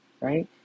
right